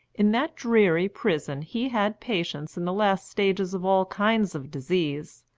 in that dreary prison he had patients in the last stages of all kinds of disease,